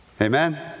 Amen